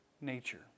nature